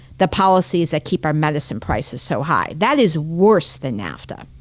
the policies that keep our medicine prices so high, that is worse than nafta.